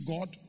God